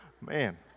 Man